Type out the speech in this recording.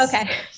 okay